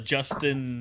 Justin